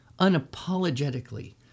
unapologetically